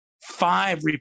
five